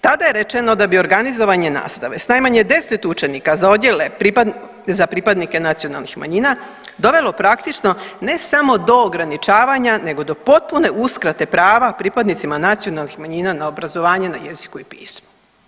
Tada je rečeno da bi organizovanje nastave s najmanje 10 učenika za odjele za pripadnike nacionalnih manjina dovelo praktično ne samo do ograničavanja nego do potpune uskrate prava pripadnicima nacionalnih manjina na obrazovanje na jeziku i pismu.